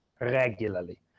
regularly